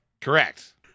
Correct